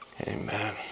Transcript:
Amen